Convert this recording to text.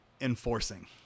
enforcing